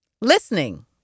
Listening